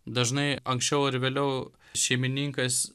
dažnai anksčiau ar vėliau šeimininkas